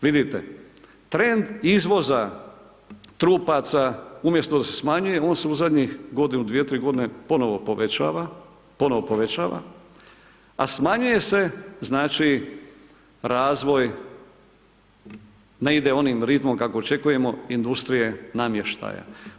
Vidite trend izvoza trupaca umjesto da se smanjuje, on se u zadnjih godinu, dvije, tri godine ponovo povećava, ponovno povećava, a smanjuje se znači razvoj, ne ide onim ritmom kako očekujemo industrije namještaja.